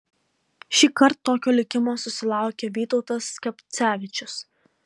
šįkart tokio likimo susilaukė vytautas skapcevičius